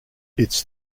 its